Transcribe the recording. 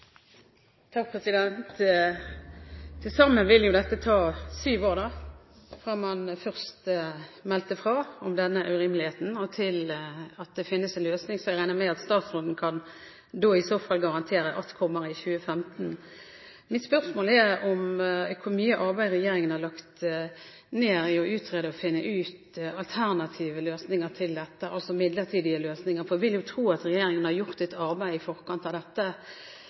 Til sammen vil det ta syv år fra man først meldte fra om denne urimeligheten til det finnes en løsning, som jeg regner med at statsråden i så fall kan garantere at kommer i 2015. Mitt spørsmål er: Hvor mye arbeid har regjeringen lagt ned i å utrede og finne alternative løsninger på dette, altså midlertidige løsninger? Jeg vil jo tro at regjeringen har gjort et arbeid i forkant av dette